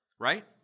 Right